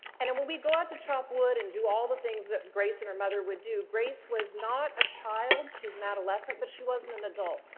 and and when we'd go out to chop wood and do all the things that grace and her mother would do, grace was not a child, she was an adolescent, but she wasn't an adult.